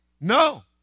No